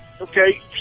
okay